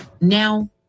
Now